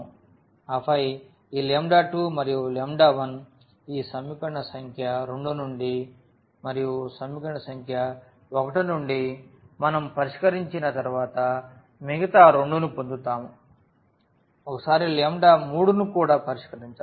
ఆపై ఈ 2 మరియు 1 ఈ సమీకరణ సంఖ్య 2 నుండి మరియు సమీకరణ సంఖ్య 1 నుండి మనం పరిష్కరించిన తర్వాత మిగతా 2 ను పొందుతాము ఒకసారి 3 ను కూడా పరిష్కరించాలి